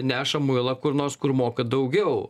neša muilą kur nors kur moka daugiau